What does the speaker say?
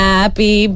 Happy